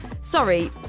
sorry